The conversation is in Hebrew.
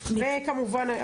ויש איזשהו פער מסוים.